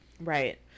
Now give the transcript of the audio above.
right